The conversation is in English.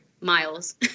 miles